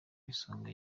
isonga